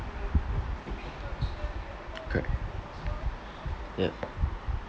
correct ya